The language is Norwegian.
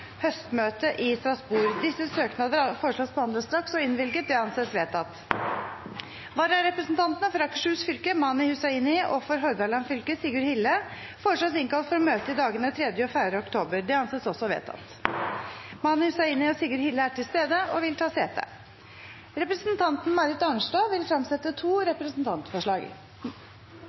høstmøte i Strasbourg Etter forslag fra presidenten ble enstemmig besluttet: Søknadene behandles straks og innvilges. Vararepresentantene, for Akershus fylke Mani Hussaini og for Hordaland fylke Sigurd Hille , innkalles for å møte i dagene 3. og 4. oktober. Mani Hussaini og Sigurd Hille er til stede og vil ta sete. Representanten Marit Arnstad vil fremsette to representantforslag.